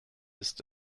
ist